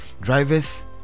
drivers